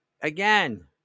again